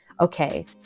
okay